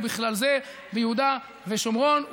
ובכלל זה ביהודה ושומרון,